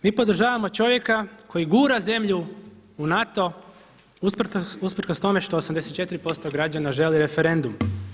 Mi podržavamo čovjeka koji gura zemlju u NATO usprkos tome što 84% građana želi referendum.